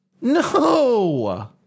No